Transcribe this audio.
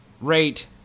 rate